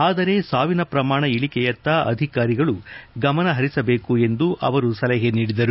ಆದರೆ ಸಾವಿನ ಪ್ರಮಾಣ ಇಳಿಕೆಯತ್ತ ಅಧಿಕಾರಿಗಳು ಗಮನಹರಿಸಬೇಕು ಎಂದು ಅವರು ಸಲಹೆ ನೀಡಿದರು